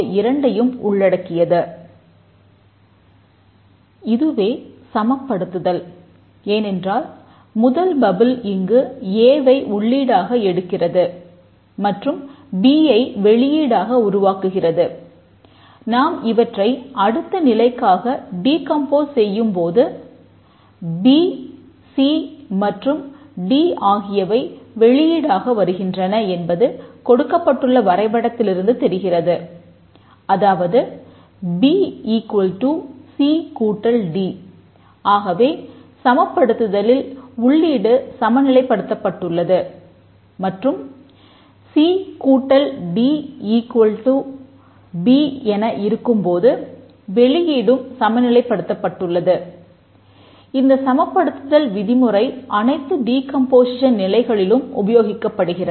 இதுவே சமப்படுத்துதல் ஏனென்றால் முதல் பப்பிள் இங்கு ஏ நிலைகளிலும் உபயோகிக்கப்படுகிறது